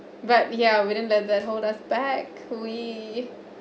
but ya wouldn't let that hold us back we